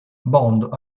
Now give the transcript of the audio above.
bond